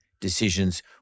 decisions